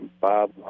Bob